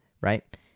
Right